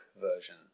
version